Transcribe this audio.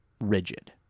rigid